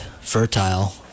fertile